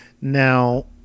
Now